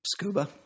Scuba